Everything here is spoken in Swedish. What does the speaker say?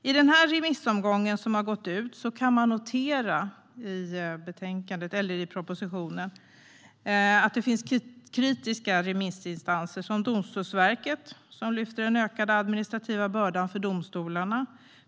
I propositionen kan vi notera att det finns kritiska remissinstanser, till exempel Domstolsverket, som lyfter upp den ökade administrativa bördan för domstolarna.